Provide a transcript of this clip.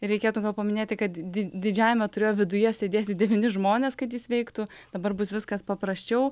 reikėtų gal paminėti kad di didžiajame turėjo viduje sėdėti devyni žmonės kad jis veiktų dabar bus viskas paprasčiau